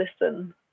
listen